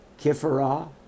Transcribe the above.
Kifara